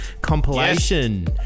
compilation